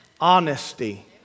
honesty